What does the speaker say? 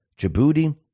Djibouti